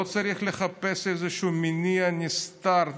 לא צריך לחפש איזשהו מניע נסתר,